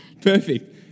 Perfect